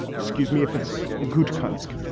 excuse me if it's good cusk.